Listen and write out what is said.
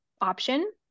option